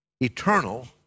eternal